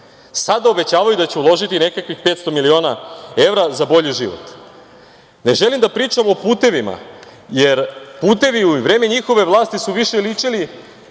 sada obećavaju da će uložiti nekakvih 500 miliona evra za bolji život. Ne želim da pričam o putevima, jer putevi u vreme njihove vlasti su više ličili,